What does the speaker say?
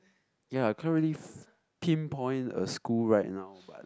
ya I can't really f~ pinpoint a school right now but